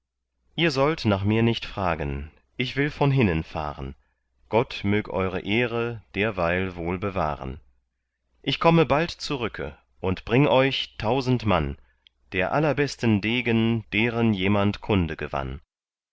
ihr sollt nach mir nicht fragen ich will von hinnen fahren gott mög eure ehre derweil wohl bewahren ich komme bald zurücke und bring euch tausend mann der allerbesten degen deren jemand kunde gewann